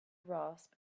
rasp